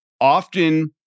Often